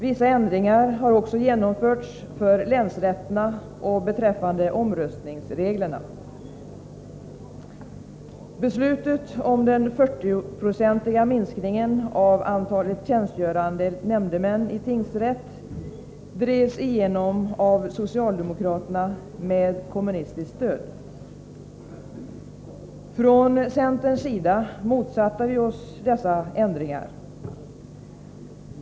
Vissa ändringar har också genomförts för länsrätterna och beträffande omröstningsreglerna. Beslutet om den 40-procentiga minskningen av antalet tjänstgörande nämndemän i tingsrätt drevs igenom av socialdemokraterna med kommunistiskt stöd. Från centerns sida motsatte vi oss dessa ändringar.